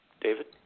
David